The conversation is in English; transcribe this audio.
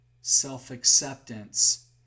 self-acceptance